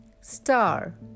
star